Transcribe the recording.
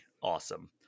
awesome